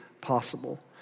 possible